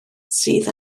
sydd